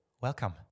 welcome